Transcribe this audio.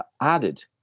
added